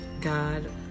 God